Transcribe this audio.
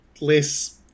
less